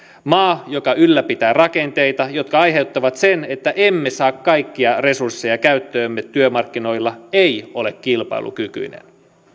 maa joka ylläpitää rakenteita jotka aiheuttavat sen että emme saa kaikkia resursseja käyttöömme työmarkkinoilla ei ole kilpailukykyinen